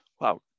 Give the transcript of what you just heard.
Wow